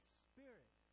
spirit